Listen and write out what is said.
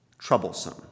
troublesome